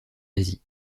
asie